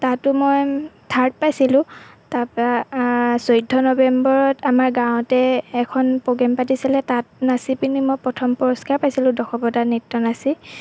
তাতো মই থাৰ্ড পাইছিলোঁ তাৰপৰা চৈধ্য নৱেম্বৰত আমাৰ গাঁৱতে এখন প্ৰ'গেম পাতিছিলে তাত নাচি পেনি মই প্ৰথম পুৰষ্কাৰ পাইছিলোঁ দশৱতাৰ নৃত্য নাচি